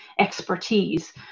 expertise